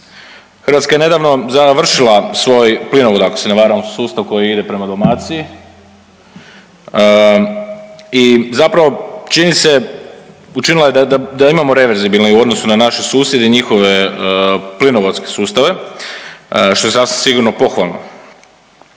Hrvatska je nedavno završila svoj plinovod, ako se ne varam, sustav koji ide prema Dalmaciji i zapravo, čini se, učinilo je da imamo reverzibilni u odnosu na naše susjede i njihove plinovodske sustave, što je sasvim sigurno pohvalno.